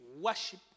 worship